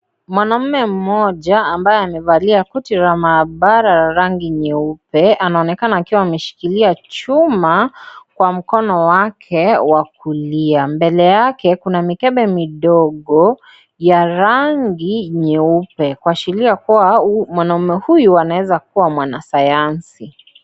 Mwanaume mmoja ambaye amevalia koti la mahabara ya rangi nyeupe. Anaonekana kuwa ameshikilia chuma kwa mkono wake wa kulia. Mbele yake kuna mikebe midogo ya rangi nyeupe kuashiria kuwa mwanaume huyu anaweza kuwa mwanasayanzi.